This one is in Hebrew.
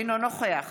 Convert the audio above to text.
אינו נוכח